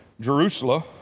Jerusalem